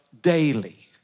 daily